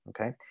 okay